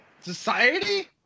Society